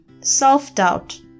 self-doubt